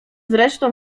zresztą